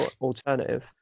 alternative